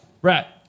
Brett